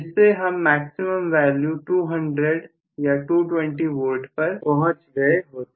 जिससे हम maximum value 200 या 220V पर पहुंच गए होते